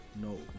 no